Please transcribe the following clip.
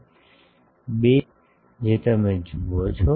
2 એ મારો સંદર્ભ છે જે તમે જુઓ છો